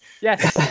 Yes